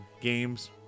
games